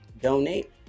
donate